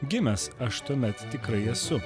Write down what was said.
gimęs aš tuomet tikrai esu